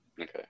Okay